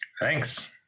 Thanks